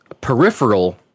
peripheral